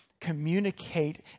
communicate